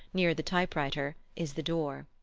near the typewriter, is the door.